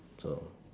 so